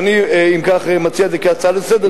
ואולי בעתיד בסיעה משותפת,